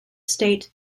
state